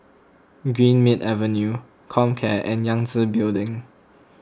Greenmead Avenue Comcare and Yangtze Building